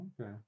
okay